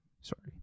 Sorry